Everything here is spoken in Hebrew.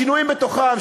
שינויים בתוכם,